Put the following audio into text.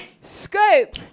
Scope